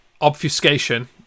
obfuscation